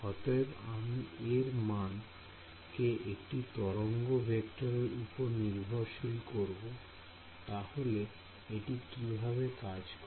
অতএব আমি এর মান কে একটি তরঙ্গ ভেক্টরের উপর নির্ভরশীল করব তাহলে এটা কিভাবে কাজ করে